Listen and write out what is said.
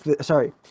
Sorry